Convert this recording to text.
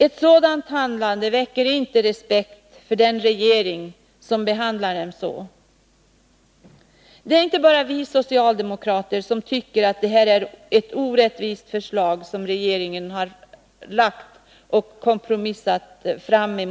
En regering som behandlar en kommun på det sättet inger inte respekt. Det är inte bara vi socialdemokrater som tycker att regeringens förslag, som har kompromissats fram tillsammans med moderaterna, är orättvist.